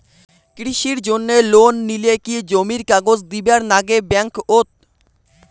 কৃষির জন্যে লোন নিলে কি জমির কাগজ দিবার নাগে ব্যাংক ওত?